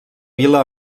vil·la